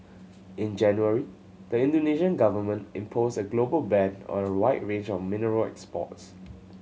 in January the Indonesian Government imposed a global ban on a wide range of mineral exports